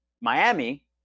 Miami